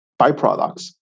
byproducts